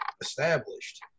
established